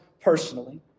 personally